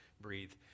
breathe